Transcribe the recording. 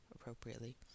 appropriately